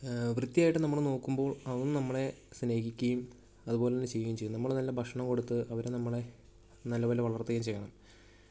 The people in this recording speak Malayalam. വൃത്തിയായിട്ട് നമ്മൾ നോക്കുമ്പോൾ അവരും നമ്മളെ സ്നേഹിക്കുകയും അതുപോലെത്തന്നെ ചെയ്യുകയും ചെയ്യും നമ്മൾ നല്ല ഭക്ഷണം കൊടുത്ത് അവരെ നമ്മളെ നല്ലപോലെ വളർത്തുകയും ചെയ്യണം